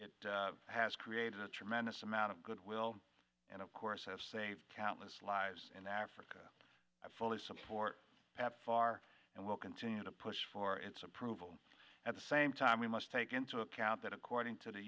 it has created a tremendous amount of goodwill and of course have saved countless lives in africa i fully support and far and will continue to push for its approval at the same time we must take into account that according to the